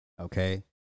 Okay